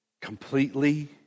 completely